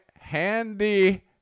handy